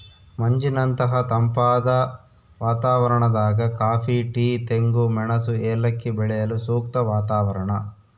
ಮಂಜಿನಂತಹ ತಂಪಾದ ವಾತಾವರಣದಾಗ ಕಾಫಿ ಟೀ ತೆಂಗು ಮೆಣಸು ಏಲಕ್ಕಿ ಬೆಳೆಯಲು ಸೂಕ್ತ ವಾತಾವರಣ